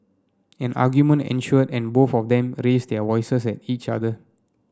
an argument ensued and both of them raised their voices at each other